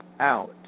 out